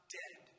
dead